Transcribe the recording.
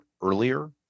earlier